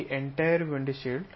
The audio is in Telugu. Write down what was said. ఈ మొత్తం విషయం విండ్షీల్డ్